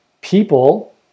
people